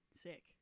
sick